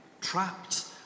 trapped